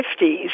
1950s